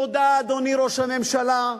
תודה, אדוני ראש הממשלה,